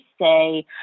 say